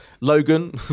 Logan